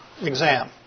exam